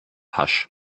pasch